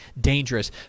dangerous